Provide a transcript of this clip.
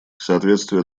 соответствие